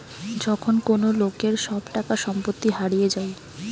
যখন কোন লোকের সব টাকা সম্পত্তি হারিয়ে যায়